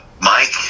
Mike